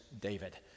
David